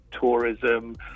tourism